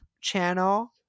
channel